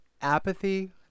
apathy